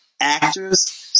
actors